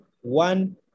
one